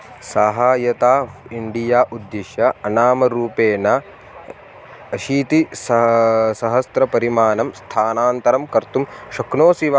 सहाय्यता इण्डिया उद्दिश्य अनामरूपेण अशीति सा सहस्रपरिमाणं स्थानान्तरं कर्तुं शक्नोसि वा